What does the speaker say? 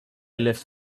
left